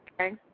Okay